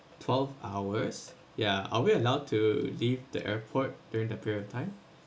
twelve hours yeah are we allowed to leave the airport during the period of time